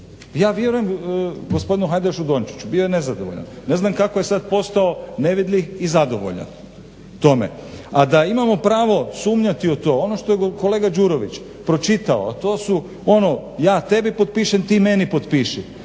Ja vjerujem gospodinu Hajdašu-Dončiću bio je nezadovoljan. Ne znam kako je sad postao nevidljiv i zadovoljan. A da imamo pravo sumnjati u to ono što je kolega Đurović pročitao a to su ono ja tebi potpišem, ti meni potpiši.